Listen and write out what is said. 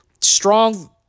strong